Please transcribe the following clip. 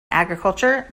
agriculture